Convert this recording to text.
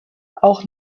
auch